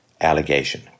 allegation